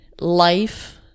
life